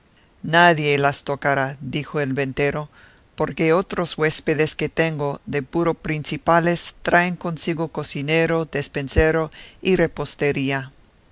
nadie las tocará dijo el ventero porque otros huéspedes que tengo de puro principales traen consigo cocinero despensero y repostería